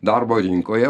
darbo rinkoje